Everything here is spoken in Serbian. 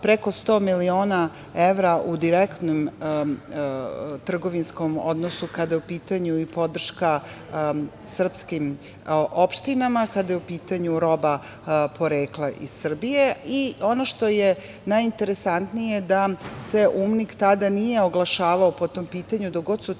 preko 100 miliona evra u direktnom trgovinskom odnosu kada je u pitanju podrška srpskim opštinama, kada je u pitanju roba porekla iz Srbije. Ono što je najinteresantnije, UMNIK se data nije oglašavao po tom pitanju dok god su